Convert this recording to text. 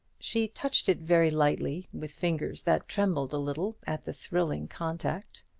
she touched it very lightly, with fingers that trembled a little at the thrilling contact.